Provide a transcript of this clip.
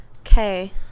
Okay